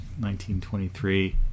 1923